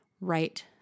right